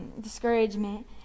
discouragement